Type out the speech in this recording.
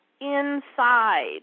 inside